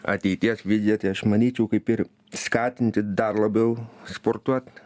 ateities vizija tai aš manyčiau kaip ir skatinti dar labiau sportuot